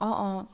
অঁ অঁ